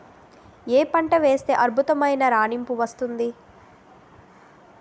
ఏ పంట వేస్తే అద్భుతమైన రాణింపు వస్తుంది?